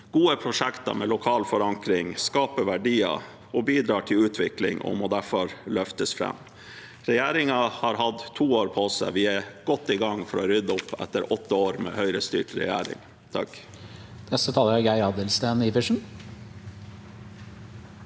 Gode prosjekter med lokal forankring skaper verdier og bidrar til utvikling, og må derfor løftes fram. Regjeringen har hatt to år på seg. Vi er godt i gang med å rydde opp etter åtte år med Høyre-styrt regjering. Geir